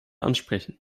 ansprechen